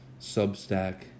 Substack